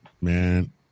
Man